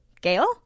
Gail